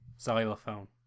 Xylophone